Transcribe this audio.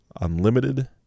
unlimited